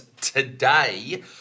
today